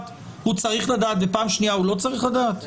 הוא צריך לדעת ופעם שנייה הוא לא צריך לדעת?